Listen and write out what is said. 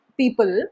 people